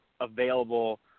available